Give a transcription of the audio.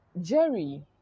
Jerry